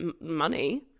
money